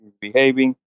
behaving